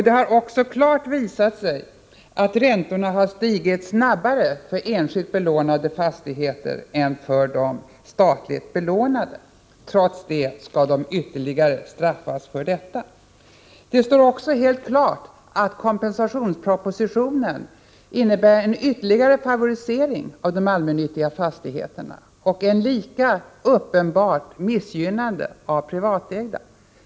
Det har också klart visat sig att räntorna har stigit snabbare för enskilt belånade fastigheter än för de statligt belånade. Trots det skall ägarna ytterligare straffas för detta. Det står också helt klart att kompensationspropositionen innebär en ytterligare favorisering av de allmännyttiga fastigheterna och ett lika uppenbart missgynnande av privatägda fastigheter.